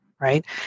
right